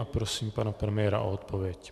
Prosím pana premiéra o odpověď.